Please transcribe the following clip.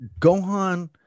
Gohan